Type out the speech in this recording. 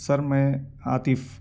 سر میں عاطف